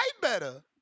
better